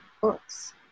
books